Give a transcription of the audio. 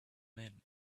men